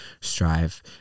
strive